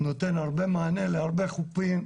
הוא נותן מענה להרבה אנשים,